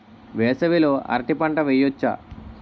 వేసవి లో అరటి పంట వెయ్యొచ్చా?